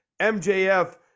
MJF